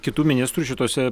kitų ministrų šitose